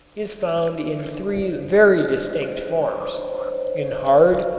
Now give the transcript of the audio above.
is found in three very distinct forms in hard,